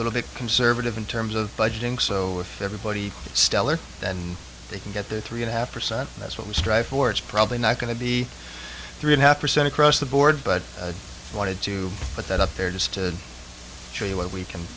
little bit conservative in terms of budgeting so if everybody stellar then they can get their three and a half percent that's what we strive for it's probably not going to be three and half percent across the board but i wanted to put that up there just to show you where we can